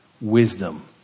wisdom